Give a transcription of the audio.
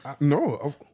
No